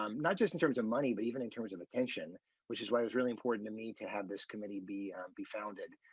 um not just in terms of money but even in terms of attention which is why it's really important to me to have this committee be be founded.